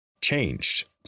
changed